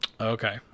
Okay